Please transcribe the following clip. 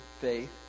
faith